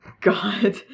God